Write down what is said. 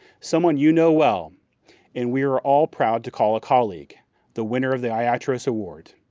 someone you know well and we are all proud to call a colleague the winner of the iatros award.